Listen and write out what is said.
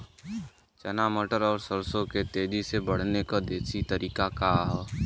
चना मटर और सरसों के तेजी से बढ़ने क देशी तरीका का ह?